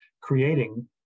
creating